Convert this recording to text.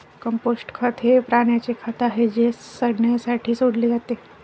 compost खत हे प्राण्यांचे खत आहे जे सडण्यासाठी सोडले जाते